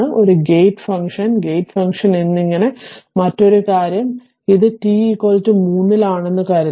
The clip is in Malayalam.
ഒരു ഗേറ്റ് ഫംഗ്ഷൻ ഗേറ്റ് ഫംഗ്ഷൻ എന്നിങ്ങനെ മറ്റൊരു കാര്യം ഇത് t 3 ൽ ആണെന്ന് കരുതുക